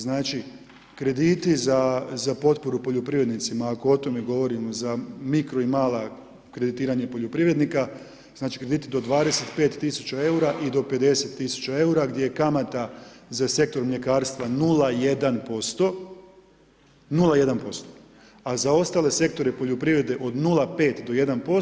Znači, krediti za potporu poljoprivrednicima, ako o tome govorimo, za mikro i mala kreditiranja poljoprivrednika, znači krediti do 25000 EUR-a i do 50000 EUR-a, gdje je kamata za sektor mljekarstva 0,1%, a za ostale sektore poljoprivrede od 0,5 do 1%